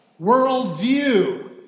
worldview